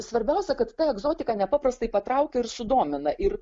svarbiausia kad ta egzotika nepaprastai patraukia ir sudomina ir